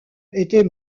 était